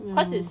ya